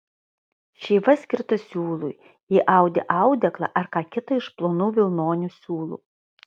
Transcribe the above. šeiva skirta siūlui jei audi audeklą ar ką kita iš plonų vilnonių siūlų